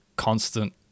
constant